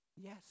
Yes